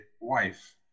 wife